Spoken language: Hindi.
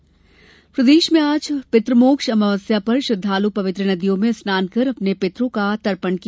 पितमोक्ष प्रदेश में आज पितृमोक्ष अमावस्या पर श्रद्वालु पवित्र नदियों में स्नान कर अपने पितरों का तर्पण किया